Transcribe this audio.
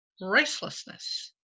restlessness